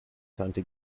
tante